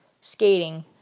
Skating